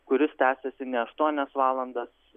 kuris tęsėsi ne aštuonias valandas